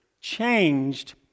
changed